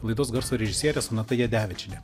laidos garso režisierė sonata jadevičienė